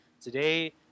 today